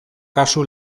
kasu